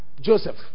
Joseph